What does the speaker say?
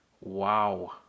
Wow